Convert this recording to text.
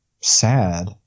sad